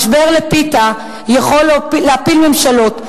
משבר הפיתה יכול להפיל ממשלות,